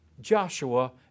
Joshua